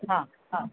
हा हा